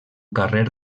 carrer